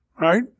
Right